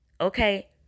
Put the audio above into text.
Okay